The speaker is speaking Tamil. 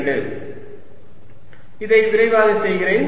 Exxyz∂x∂x14π0qx xx x2y y2z z232 இதை விரைவாக செய்கிறேன்